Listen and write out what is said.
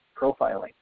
profiling